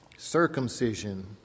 circumcision